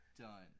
done